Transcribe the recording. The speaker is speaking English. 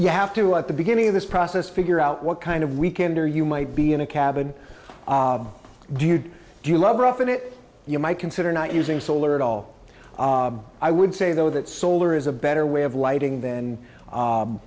you have to at the beginning of this process figure out what kind of weekender you might be in a cabin do you do you love roughing it you might consider not using solar at all i would say though that solar is a better way of lighting than